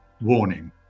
warning